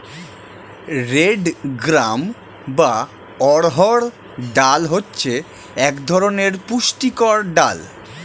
red gram বা অড়হর ডাল হচ্ছে এক ধরনের পুষ্টিকর ডাল